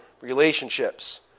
relationships